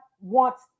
wants